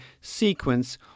sequence